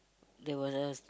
there was a